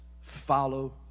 follow